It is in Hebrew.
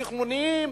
תכנוניים,